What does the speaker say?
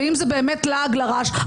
ואם זה באמת לעג לרש,